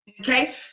Okay